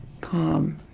calm